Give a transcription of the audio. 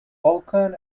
vulkan